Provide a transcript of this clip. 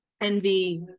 envy